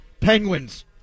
Penguins